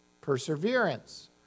perseverance